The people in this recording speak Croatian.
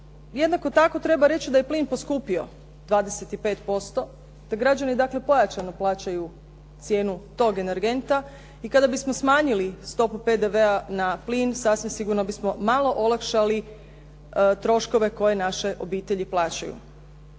jednako tako treba reći da je plin poskupio 25%, da građani dakle pojačano plaćaju cijenu tog energenta i kada bismo smanjili stopu PDV-a na plin sasvim sigurno bismo malo olakšali troškove koje naše obitelji plaćaju.